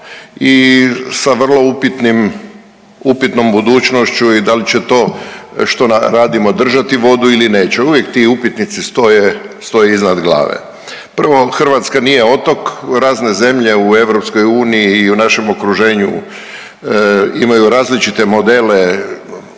i sa vrlo upitnim, upitnom budućnošću i da li će to što radimo držati vodu ili neće. Uvijek ti upitnici stoje, stoje iznad glave. Prvo Hrvatska nije otok, razne zemlje u EU i u našem okruženju imaju različite modele